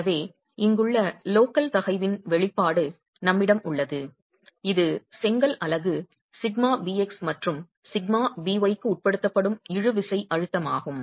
எனவே இங்குள்ள லோக்கல் தகைவின் வெளிப்பாடு நம்மிடம் உள்ளது இது செங்கல் அலகு σbx மற்றும் σby க்கு உட்படுத்தப்படும் இழுவிசை அழுத்தமாகும்